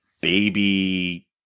baby